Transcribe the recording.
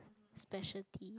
specialty